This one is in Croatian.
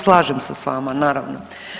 Slažem se sa vama naravno.